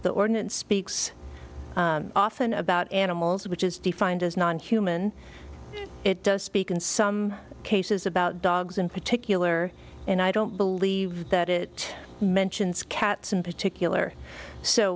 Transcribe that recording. the ordinance speaks often about animals which is defined as non human it does speak in some cases about dogs in particular and i don't believe that it mentions cats in particular so